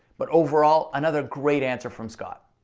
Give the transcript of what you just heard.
but overall, another great answer from scott.